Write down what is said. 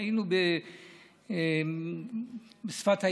ראינו בשפת הים,